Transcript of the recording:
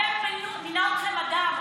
אתכם מינה אדם,